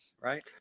Right